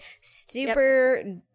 super